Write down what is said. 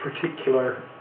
particular